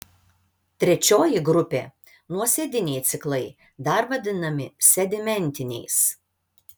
trečioji grupė nuosėdiniai ciklai dar vadinami sedimentiniais